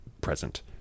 present